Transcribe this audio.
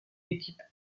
équipe